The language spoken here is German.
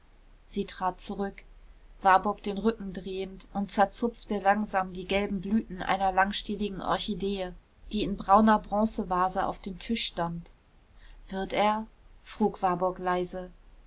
sie trat zurück warburg den rücken drehend und zerzupfte langsam die gelben blüten einer langstieligen orchidee die in brauner bronzevase auf dem tische stand wird er frug warburg leise